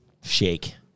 shake